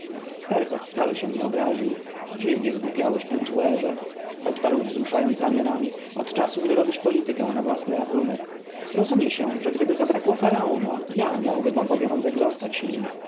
wcale się nie obraził dziwnie zgłupiałeś pentuerze odparł wzruszając ramionami od czasu gdy robisz politykę na własny rachunek rozumie się że gdyby zabrakło faraona ja miałbym obowiązek zostać